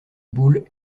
bull